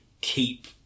keep